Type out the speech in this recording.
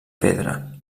pedra